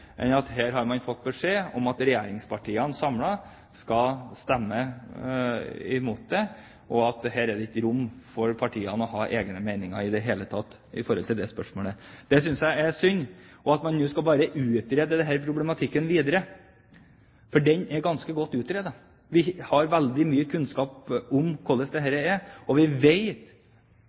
enn at her har man fått beskjed om at regjeringspartiene samlet skal stemme imot det, og at her er det ikke rom for partiene til å ha egne meninger i det hele tatt om det spørsmålet. Det synes jeg er synd. Man skal nå utrede denne problematikken videre, men den er ganske godt utredet. Vi har veldig mye kunnskap om hvordan dette er, vi vet nivået på satsene i de enkelte kommunene, vi vet at de er i stor variasjon, og vi